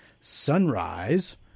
Sunrise